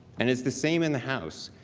and is the same in the house.